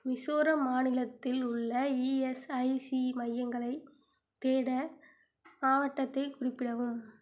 மிசோரம் மாநிலத்தில் உள்ள இஎஸ்ஐசி மையங்களைத் தேட மாவட்டத்தைக் குறிப்பிடவும்